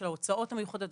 של ההוצאות המיוחדות,